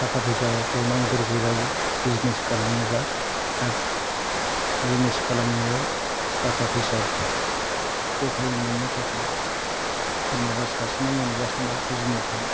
थाखा फैसाखौ नांग्रोगौ जायो बिजनेस खालामनोब्ला दा बिजनेस खालामनायाव थाखा फैसा सहाय मोननो थाखाय सोरनावबा सासेनाव मोनबासोना बिजनेसा